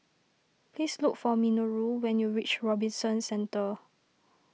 please look for Minoru when you reach Robinson Centre